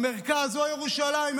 המרכז או ירושלים,